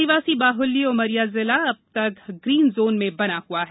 आदिवासी बाह्ल्य उमरिया जिला अब तक ग्रीन जोन मे बना हुआ है